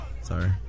sorry